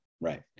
right